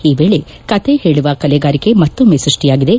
ಈ ವೇಳೆ ಕಥೆ ಹೇಳುವ ಕಲೆಗಾರಿಕೆ ಮತ್ತೊಮ್ಮೆ ಸೃಷ್ಟಿಯಾಗಿದೆ